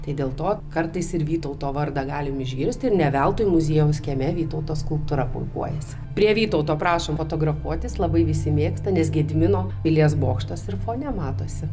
tai dėl to kartais ir vytauto vardą galim išgirsti ne veltui muziejaus kieme vytauto skulptūra puikuojasi prie vytauto prašom fotografuotis labai visi mėgsta nes gedimino pilies bokštas ir fone matosi